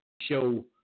show